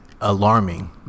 alarming